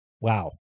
Wow